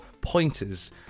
pointers